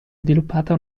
sviluppata